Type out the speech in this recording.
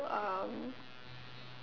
um